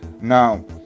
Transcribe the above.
now